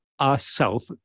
Ourself